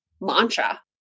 mantra